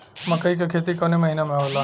मकई क खेती कवने महीना में होला?